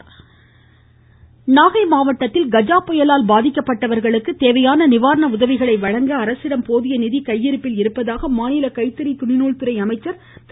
மணியன் நாகை மாவட்டத்தில் கஜா புயலால் பாதிக்கப்பட்டவர்களுக்கு தேவையான நிவாரண உதவிகளை வழங்க அரசிடம் போதிய நிதி கையிருப்பில் இருப்பதாக மாநில கைத்தறி துணிநூல் துறை அமைச்சர் திரு